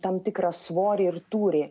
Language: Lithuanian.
tam tikrą svorį ir tūrį